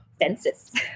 fences